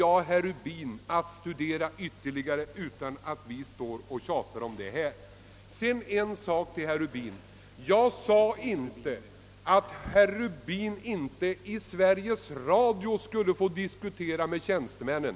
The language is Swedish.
Jag ber herr Rubin att sätta sig in i dessa regler, så att vi inte behöver tjata ytterligare om saken här. Vidare har jag aldrig sagt att herr Rubin inte i Sveriges Radio skulle få diskutera med tjänstemännen.